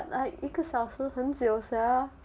!huh! but like 一个小时很久 sia